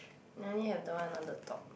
I only have the one on the top